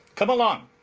come along!